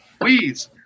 Please